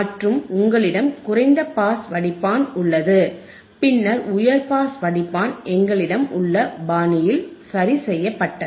மற்றும் உங்களிடம் குறைந்த பாஸ் வடிப்பான் உள்ளது பின்னர் உயர் பாஸ் வடிப்பான் எங்களிடம் உள்ள பாணியில் சரி செய்யப்பட்டது